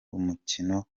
umukino